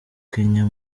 kenya